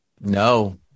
No